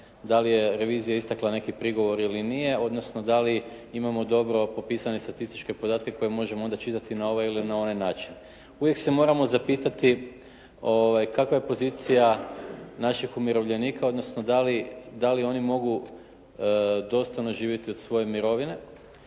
da li je revizija istakla neki prigovor ili nije odnosno da li imamo dobro popisane statističke podatke koje možemo onda čitati na ovaj ili na onaj način. Uvijek se moramo zapitati kakva je pozicija naših umirovljenika odnosno da li, da li oni mogu dostojno živjeti od svoje mirovine?